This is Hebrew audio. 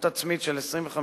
בהשתתפות עצמית של 25%,